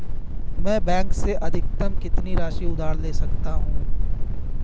मैं बैंक से अधिकतम कितनी राशि उधार ले सकता हूँ?